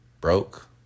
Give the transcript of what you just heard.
Broke